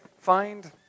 find